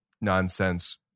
nonsense